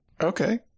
Okay